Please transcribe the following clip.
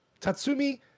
Tatsumi